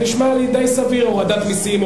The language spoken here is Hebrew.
נשמע לי די סביר: הורדת מסים,